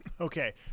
Okay